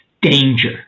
danger